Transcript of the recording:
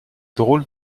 drôle